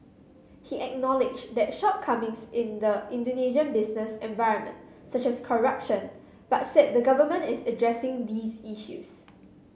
he acknowledged shortcomings in the Indonesian business environment such as corruption but said the government is addressing these issues